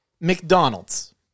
McDonald's